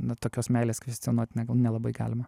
nu tokios meilės kvescionuot ne gal nelabai galima